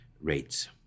rates